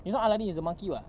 you know aladdin is the monkey [what]